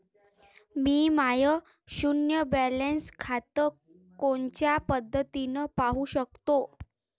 मी माय शुन्य बॅलन्स खातं कोनच्या पद्धतीनं पाहू शकतो?